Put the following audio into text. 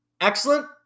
excellent